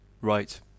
Right